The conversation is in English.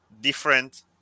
different